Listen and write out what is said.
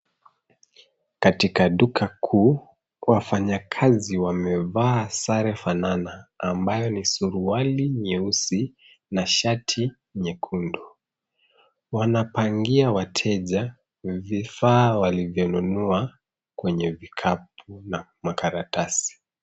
Katika duka kuu, wafanyakazi wamevaa sare fanana, ambayo ni suruali nyeusi, na shati nyekundu. Wanapangia wateja vifaa walivyonunua kwenye vikapu na makaratasi.